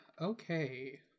Okay